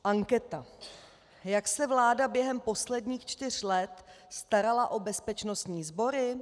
Anketa: Jak se vláda během posledních čtyř let starala o bezpečnostní sbory?